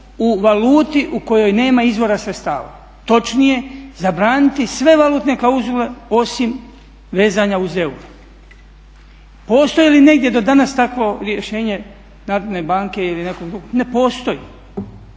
u valuti u kojoj nema izvora sredstava. Točnije, zabraniti sve valutne klauzule osim vezanja uz euro. Postoji li negdje do danas takvo rješenje Narodne banke ili nekog drugog? Ne postoji.